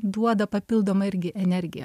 duoda papildomą irgi energiją